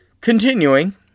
Continuing